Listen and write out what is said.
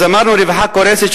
אז אמרנו: רווחה קורסת,